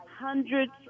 Hundreds